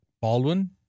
Baldwin